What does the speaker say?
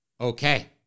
okay